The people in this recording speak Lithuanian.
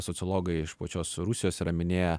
sociologai iš pačios rusijos yra minėję